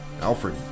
Alfred